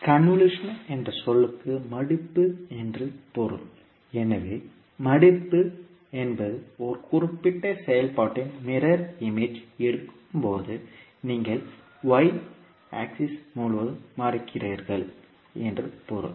convolution என்ற சொல்லுக்கு மடிப்பு என்று பொருள் எனவே மடிப்பு என்பது ஒரு குறிப்பிட்ட செயல்பாட்டின் மிரர் இமேஜ் எடுக்கும் போது நீங்கள் y அச்சு முழுவதும் மடிக்கிறீர்கள் என்று பொருள்